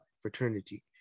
fraternity